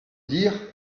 dire